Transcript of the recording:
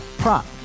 prop